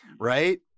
right